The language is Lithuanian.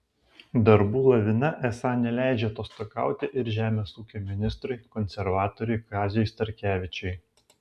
darbų lavina esą neleidžia atostogauti ir žemės ūkio ministrui konservatoriui kaziui starkevičiui